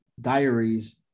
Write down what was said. diaries